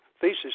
thesis